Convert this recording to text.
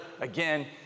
again